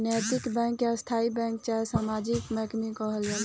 नैतिक बैंक के स्थायी बैंक चाहे सामाजिक बैंक भी कहल जाला